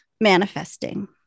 Manifesting